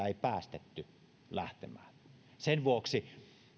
ei päästetty lähtemään sen vuoksi